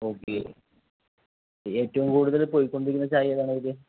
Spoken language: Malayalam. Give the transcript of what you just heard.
ഓക്കേ ഏറ്റവും കൂടുതൽ പോയിക്കോണ്ടിരിക്കുന്ന ചായ ഏതാണ് അതിൽ